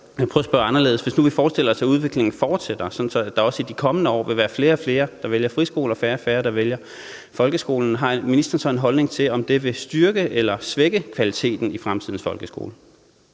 Hvis nu vi forestiller os, at udviklingen fortsætter, så der også i de kommende år vil være flere og flere, der vælger friskoler, og færre og færre, der vælger folkeskolen, har ministeren så en holdning til, om det vil styrke eller svække kvaliteten i fremtidens folkeskole?